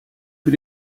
für